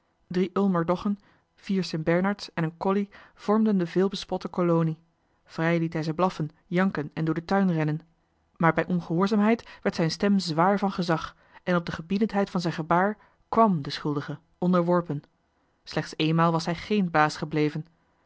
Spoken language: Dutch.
drie ulmer doggen vier st bernard's en een colli vormden de veelbespotte kolonie vrij liet hij ze blaffen janken en door den tuin rennen maar bij ongehoorzaamheid werd zijn stem zwaar van gezag en op de gebiedend heid van zijn gebaar kwàm de schuldige onderworpen slechts eenmaal was hij géén baas gebleven